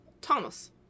Thomas